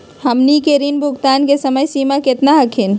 हमनी के ऋण भुगतान के समय सीमा केतना हखिन?